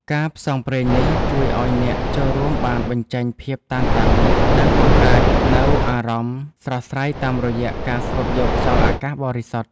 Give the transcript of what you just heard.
ការផ្សងព្រេងនេះជួយឱ្យអ្នកចូលរួមបានបញ្ចេញភាពតានតឹង និងបង្កើតនូវអារម្មណ៍ស្រស់ស្រាយតាមរយៈការស្រូបយកខ្យល់អាកាសបរិសុទ្ធ។